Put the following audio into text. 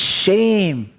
shame